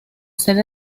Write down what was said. sede